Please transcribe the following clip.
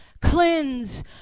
cleanse